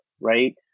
right